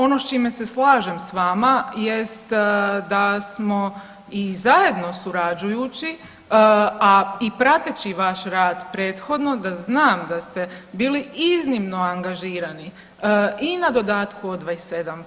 On, ono s čime se slažem s vama jest da smo i zajedno surađujući, a i prateći vaš rad prethodno da znam da ste bili iznimno angažirani i na dodatku od 27%